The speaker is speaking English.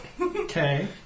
Okay